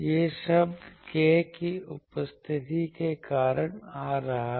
यह शब्द k की उपस्थिति के कारण आ रहा है